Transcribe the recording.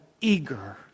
eager